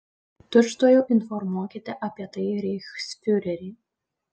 tučtuojau informuokite apie tai reichsfiurerį